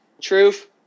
Truth